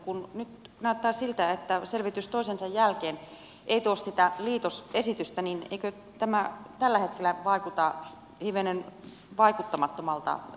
kun nyt näyttää siltä että selvitys toisensa jälkeen ei tuo sitä liitosesitystä niin eikö tämä tällä hetkellä vaikuta hivenen vaikuttamattomalta panokselta